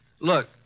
Look